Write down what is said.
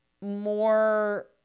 more